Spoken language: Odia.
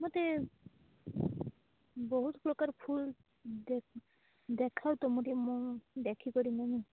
ମୋତେ ବହୁତ ପ୍ରକାର ଫୁଲ୍ ଦେ ଦେଖାଅ ତ ମୁଁ ଟିକେ ମୁଁ ଦେଖିକରି ମୁହିଁ